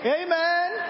amen